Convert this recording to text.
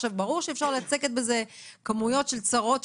ברור שאפשר לצקת על זה כמויות של צרות,